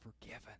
forgiven